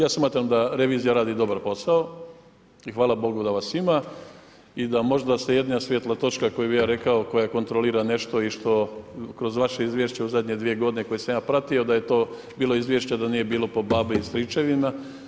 Ja smatram da revizija radi dobar posao i hvala Bogu da vas ima i da možda ste jedina svjetla točka koju bih ja rekao koja kontrolira nešto i što kroz vaše izvješće kroz zadnje 2 godine koje sam ja pratio da je to bilo izvješće, a da nije bilo po babe i stričevima.